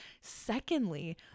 Secondly